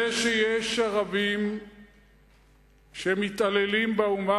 זה שיש ערבים שמתעללים באומה